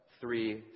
three